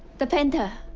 the painter.